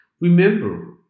Remember